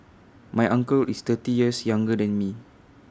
my uncle is thirty years younger than me